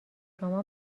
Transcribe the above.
شما